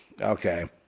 okay